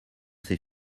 c’est